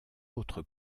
autre